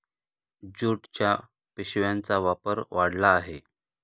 ज्यूटच्या पिशव्यांचा वापर वाढला आहे